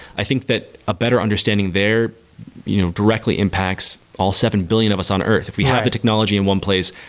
i think that a better understanding there you know directly impacts all seven billion of us on earth. if we have a technology in one place,